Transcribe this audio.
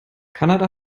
kanada